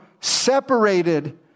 separated